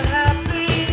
happy